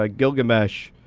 like gilgamesh,